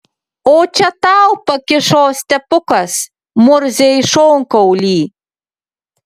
o čia tau pakišo stepukas murzei šonkaulį